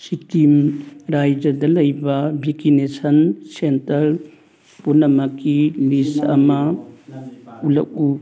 ꯁꯤꯀꯤꯝ ꯔꯥꯏꯖ꯭ꯌꯗ ꯂꯩꯕ vaccination centre ꯄꯨꯝꯅꯃꯛꯀꯤ ꯂꯤꯁ ꯑꯃ ꯎꯠꯂꯛꯎ